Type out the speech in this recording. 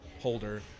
holder